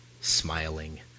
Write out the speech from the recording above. smiling